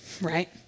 right